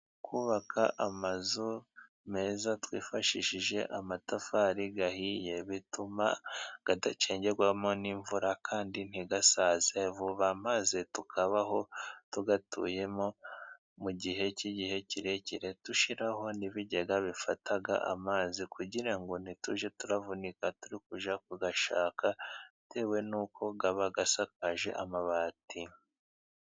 Kubaka amazu meza twifashishije amatafari ahiye bituma adacengerwamo n'imvura kandi ntasaze vuba, maze tukabaho tuyatuyemo mu gihe cy'igihe kirekire, dushyiraho n'ibigega bifata amazi kugira ngo ntitujye turavunika tujya kuyashaka ,bitewe n'uko aba asakaje amabati.